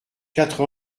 quatre